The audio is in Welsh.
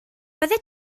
byddet